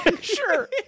Sure